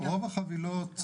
רוב החבילות,